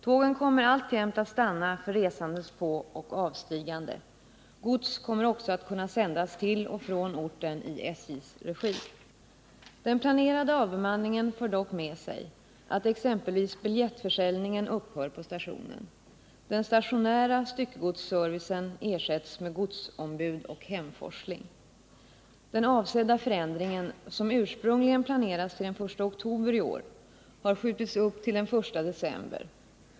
Tågen kommer alltjämt att stanna för resandes påoch avstigande. Gods kommer också att kunna sändas till och från orten i SJ:s regi. Den planerade avbemanningen för dock med sig att exempelvis biljettförsäljningen upphör på stationen. Den stationära styckegodsservicen ersätts med godsombud och hemforsling. Den avsedda förändringen, som ursprungligen planerats till den I oktober i år, har skjutits upp till den I december.